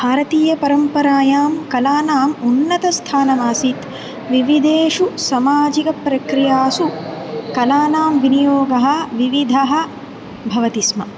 भारतीयपरम्परायां कलानाम् उन्नतस्थानमासीत् विविधेषु समाजिकप्रक्रियासु कलानां विनियोगः विविधः भवति स्म